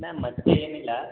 ma'am ಮತ್ತೇನಿಲ್ಲ